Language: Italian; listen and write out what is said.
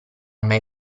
mai